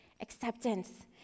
acceptance